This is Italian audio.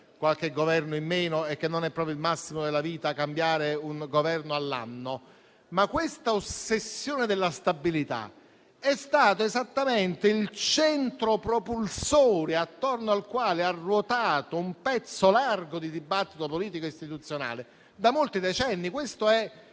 qualche Governo in meno e che non è proprio il massimo della vita cambiare un Governo all'anno; ma questa ossessione della stabilità è stata esattamente il centro propulsore attorno al quale ha ruotato un pezzo ampio di dibattito politico e istituzionale da molti decenni. Questo è